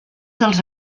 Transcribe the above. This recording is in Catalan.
dels